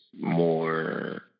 more